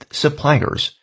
suppliers